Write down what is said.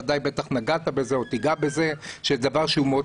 ודאי נגעת בזה או תיגע בזה,